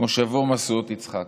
במושבו משואות יצחק.